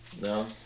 No